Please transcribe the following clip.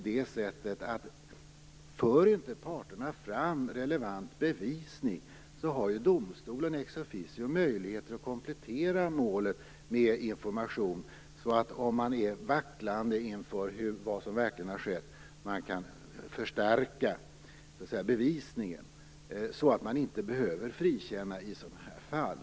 Det är ju nämligen så att om parterna inte för fram bevisning, har ju domstolen ex officio möjligheter att komplettera målen med information. Är man vacklande inför vad som verkligen har skett, kan man därigenom förstärka bevisningen, så att man inte behöver frikänna i sådana här fall.